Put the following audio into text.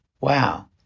Wow